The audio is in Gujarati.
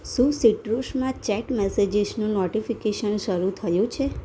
શું સિટ્રુસમાં ચેક મેસેજીસનું નોટિફિકેશન શરૂ થયું છે